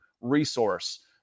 resource